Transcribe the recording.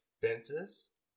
fences